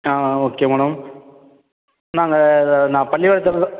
ஆ ஆ okay madam நாங்கள் இதை நான் பள்ளிவாசலில்